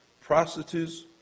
prostitutes